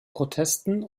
protesten